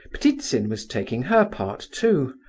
ptitsin was taking her part, too.